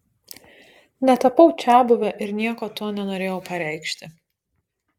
netapau čiabuve ir nieko tuo nenorėjau pareikšti